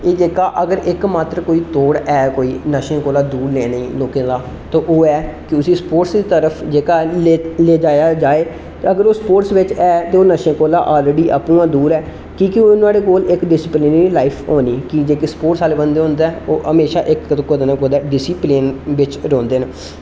एह् जेहका अगर इक मात्र कोई तो़ड़ ऐ कोई नशें कोला दूर लेने दा ते ओह् ऐ कि उसी स्पोर्ट्स दी तरफ जेहका ले जाया जाए ते अगर ओह् स्पोर्ट्स बिच ऐ ते ओह् नशें कोला आलरेडी आपूं गै दूर ऐ की के नुआढ़े कोल एक्क डिसिप्लीनेरी लाइफ होनी जेहके स्पोर्ट्स आहले बंदे होंदे ओह् म्हेशां कुतै ना कुतै डिसिप्लेन बिच रौंहदे न